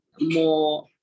more